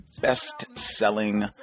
best-selling